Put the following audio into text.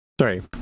sorry